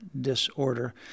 disorder